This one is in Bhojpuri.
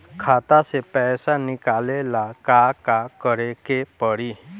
खाता से पैसा निकाले ला का का करे के पड़ी?